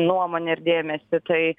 nuomonę ir dėmesį tai